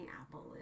apple